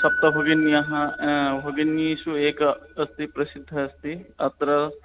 सप्तभगिन्यः भगिनीषु एकः अस्ति प्रसिद्धः अस्ति अत्र